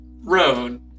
road